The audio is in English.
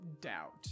doubt